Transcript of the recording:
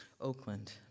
Oakland